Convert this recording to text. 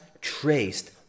traced